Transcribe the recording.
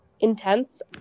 intense